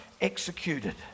executed